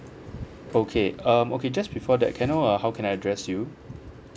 okay um okay just before that can I know uh how can I address you